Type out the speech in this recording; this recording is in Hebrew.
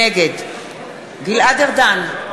נגד גלעד ארדן,